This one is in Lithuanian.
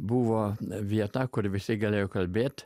buvo vieta kur visi galėjo kalbėt